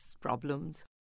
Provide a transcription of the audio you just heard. problems